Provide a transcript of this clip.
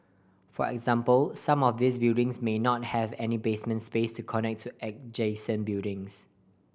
for example some of these buildings may not have any basement space to connect to adjacent buildings